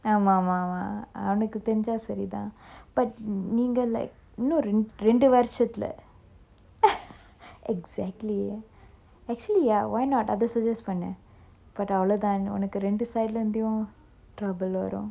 ஆமாமாமா அவனுக்கு தெரிஞ்சா சரிதான்:aamamama avanukku therinja sarithan but நீங்க:neenga like இன்னும் ரெண்டு வருசத்துல:innum rendu varusathula exactly actually ya why not அத:atha suggest பண்ணு:pannu but அவ்வளவு தான் ஒனக்கு ரெண்டு:avvalavu thaan onakku rendu side lah இருந்தும்:irunthum trouble வரும்:varum